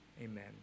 Amen